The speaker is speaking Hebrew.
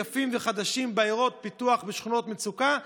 יפים וחדשים בעיירות פיתוח ובשכונות מצוקה,